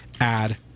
add